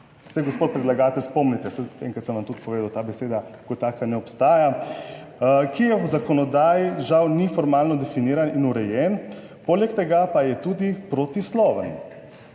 Se gospod predlagatelj spomnite, enkrat sem vam tudi povedal, ta beseda kot taka ne obstaja, ki je v zakonodaji žal ni formalno definiran in urejen, poleg tega pa je tudi protisloven,